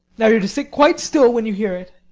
now you're to sit quite still when you hear it.